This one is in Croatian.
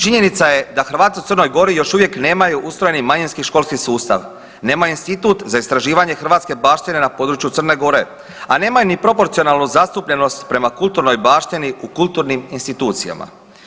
Činjenica je da Hrvati u Crnoj Gori još uvijek nemaju ustrojeni manjinski školsku sustav, nema institut za istraživanje hrvatske baštine na području Crne Gore, a nemaju ni proporcionalnu zastupljenost prema kulturnoj baštini u kulturnim institucijama.